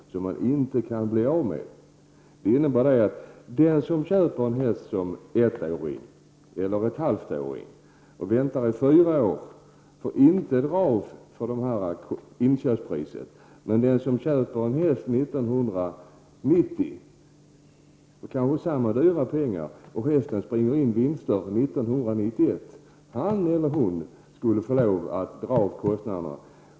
som man inte kan få avdrag för. Den som köper en häst som ettåring eller halvåring får vänta kanske fyra år innan det blir inkomster och får därför inte dra av för inköpspriset. Men den som 1990 för samma dyra pengar köper en häst som kan springa in vinster 1991 skulle få lov att dra av kostnaderna.